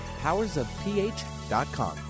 powersofph.com